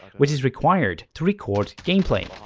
which is required to record gameplay.